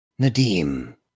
Nadim